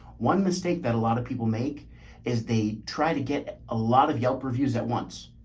one mistake that a lot of people make is they try to get a lot of yelp reviews at once.